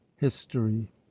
history